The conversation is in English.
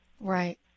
Right